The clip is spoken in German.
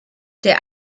der